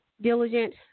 diligent